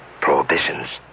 Prohibitions